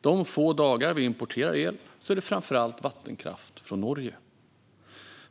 De få dagar vi importerar el är det framför allt vattenkraft från Norge.